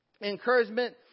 Encouragement